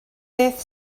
beth